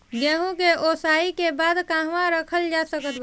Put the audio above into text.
गेहूँ के ओसाई के बाद कहवा रखल जा सकत बा?